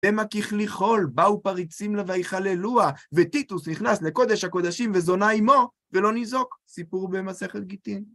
בן הככלי חול, באו פריצים לוויכל אלוה, וטיטוס נכנס לקודש הקודשים וזונה עמו, ולא נזעוק. סיפור במסכת גיטין.